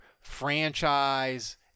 franchise